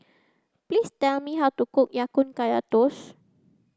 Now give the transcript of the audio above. please tell me how to cook Ya Kun Kaya toast